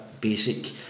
basic